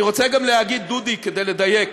אני רוצה גם להגיד, דודי, כדי לדייק: